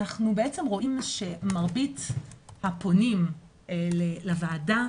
אנחנו בעצם רואים שמרבית הפונים לוועדה